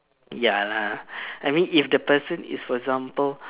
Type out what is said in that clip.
ya lah I mean if the person is for example